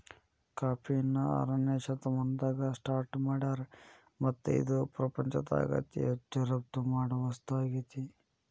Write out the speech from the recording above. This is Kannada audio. ಕಾಫಿನ ಆರನೇ ಶತಮಾನದಾಗ ಸ್ಟಾರ್ಟ್ ಮಾಡ್ಯಾರ್ ಮತ್ತ ಇದು ಪ್ರಪಂಚದಾಗ ಅತಿ ಹೆಚ್ಚು ರಫ್ತು ಮಾಡೋ ವಸ್ತು ಆಗೇತಿ